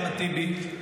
אחמד טיבי,